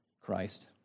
Christ